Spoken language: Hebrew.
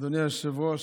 לומר: